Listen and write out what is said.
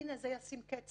הנה, זה ישים קץ